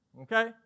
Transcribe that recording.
Okay